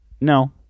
No